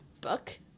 book